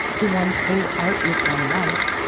to one's whole outlook on life,